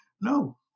No